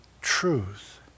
truth